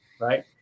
right